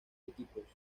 equipos